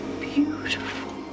beautiful